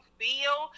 feel